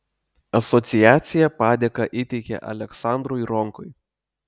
asociacija padėką įteikė aleksandrui ronkui